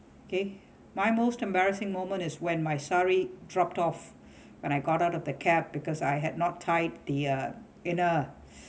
okay my most embarrassing moment is when my sari dropped off when I got out of the cab because I had not tied their inner